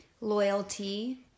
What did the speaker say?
Loyalty